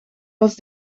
was